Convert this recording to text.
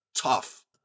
Tough